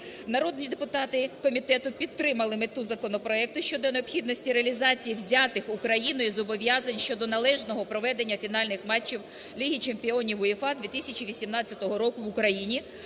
Народні депутати комітету підтримали мету законопроекту щодо необхідності реалізації взятих Україною зобов'язань щодо належного проведення фінальних матчів Ліги чемпіонів УЄФА 2017-2018 року в Україні,